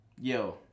yo